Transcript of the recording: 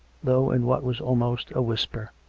though in what was almost a whisper.